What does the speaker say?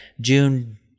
June